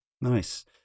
Nice